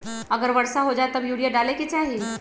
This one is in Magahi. अगर वर्षा हो जाए तब यूरिया डाले के चाहि?